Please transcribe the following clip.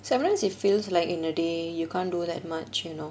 sometimes it feels like in a day you can't do that much you know